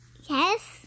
yes